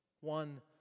One